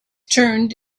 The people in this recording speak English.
turned